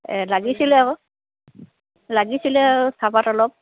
এই লাগিছিলে আকৌ লাগিছিলে আৰু চাহপাত অলপ